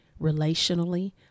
relationally